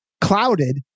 clouded